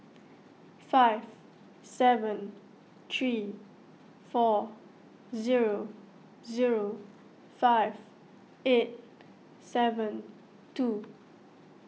five seven three four zero zero five eight seven two